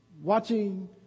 Watching